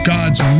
God's